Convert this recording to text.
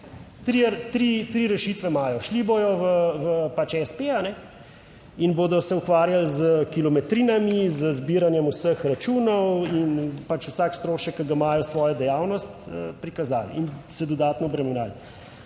tri rešitve imajo, šli bodo v pač espe in se bodo ukvarjali s kilometrinami, z zbiranjem vseh računov, in pač vsak strošek, ki ga imajo, v svojo dejavnost prikazali in se dodatno obremenili.